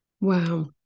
Wow